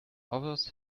others